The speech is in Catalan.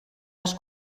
les